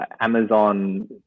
Amazon